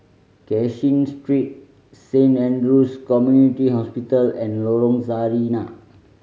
Cashin Street Saint Andrew's Community Hospital and Lorong Sarina